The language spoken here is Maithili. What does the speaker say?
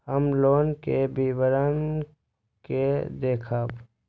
हम लोन के विवरण के देखब?